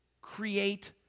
create